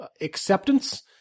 acceptance